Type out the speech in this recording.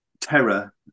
terror